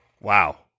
Wow